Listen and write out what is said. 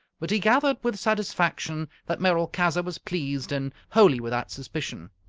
but he gathered with satisfaction that merolchazzar was pleased and wholly without suspicion.